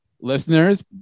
Listeners